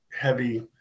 heavy